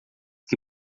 que